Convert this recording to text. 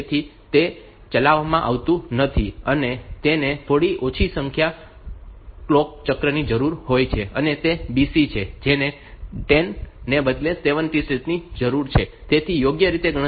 તેથી તે ચલાવવામાં આવતું નથી અને તેને થોડી ઓછી સંખ્યા ઓછી કલોક ચક્રની જરૂર હોય છે અને તે BC છે જેને 10 ને બદલે 7 T સ્ટેટ્સની જરૂર છે જેથી યોગ્ય રીતે ગણતરી કરી શકાય